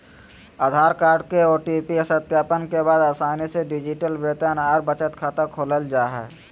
आधार card आर OTP सत्यापन के बाद आसानी से डिजिटल वेतन आर बचत खाता खोलल जा हय